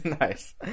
Nice